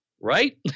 right